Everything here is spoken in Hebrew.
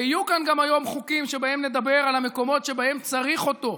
ויהיו כאן גם היום חוקים שבהם נדבר על המקומות שבהם צריך אותו,